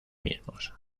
mismos